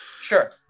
Sure